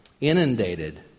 inundated